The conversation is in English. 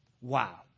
Wow